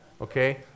Okay